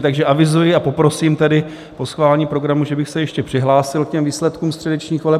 Takže avizuji a poprosím tedy po schválení programu, že bych se ještě přihlásil k výsledkům středečních voleb.